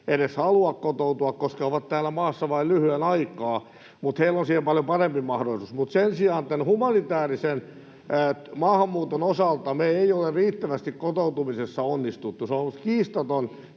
edes halua kotoutua, koska he ovat täällä maassa vain lyhyen aikaa, mutta heillä on siihen paljon parempi mahdollisuus. Sen sijaan tämän humanitäärisen maahanmuuton osalta me ei olla riittävästi kotoutumisessa onnistuttu. Se on kiistaton